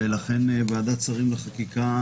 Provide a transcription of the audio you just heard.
ולכן ועדת השרים לענייני חקיקה,